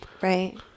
Right